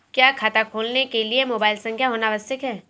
क्या खाता खोलने के लिए मोबाइल संख्या होना आवश्यक है?